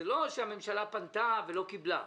זה לא שהממשלה פנתה ולא קיבלה,